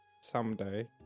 someday